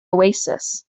oasis